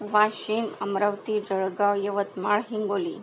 Washim Amravati Jalgaon Yavatmal Hingoli